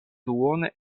duone